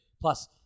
Plus